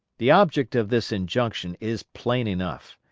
the object of this injunction is plain enough.